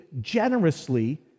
generously